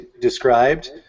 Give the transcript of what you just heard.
described